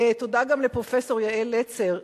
תודה גם לפרופסור יעל לצר,